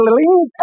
little